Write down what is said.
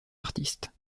artiste